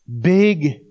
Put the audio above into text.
big